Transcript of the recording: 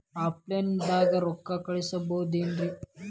Offline ದಾಗ ರೊಕ್ಕ ಕಳಸಬಹುದೇನ್ರಿ?